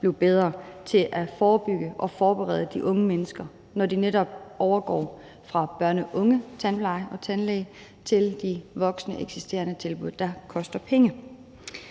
blive bedre til at forebygge og til at forberede de unge mennesker, når de netop overgår fra børne- og ungetandplejen og -tandlægen til de eksisterende voksentilbud, der koster penge.